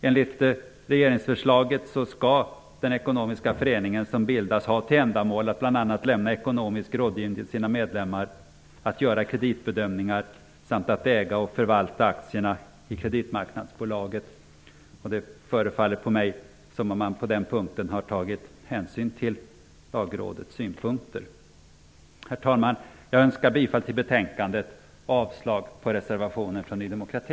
Enligt regeringsförslaget skall den ekonomiska föreningen som bildas ha till ändamål att bl.a. lämna ekonomisk rådgivning till sina medlemmar, att göra kreditbedömningar samt att äga och förvalta aktierna i kreditmarknadsbolaget. Det förefaller som att man på den punkten har tagit hänsyn till Lagrådets synpunkter. Herr talman! Jag yrkar bifall till hemställan i betänkandet och avslag på reservationen från Ny demokrati.